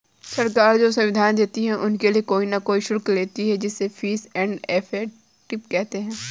सरकार जो सुविधाएं देती है उनके लिए कोई न कोई शुल्क लेती है जिसे फीस एंड इफेक्टिव कहते हैं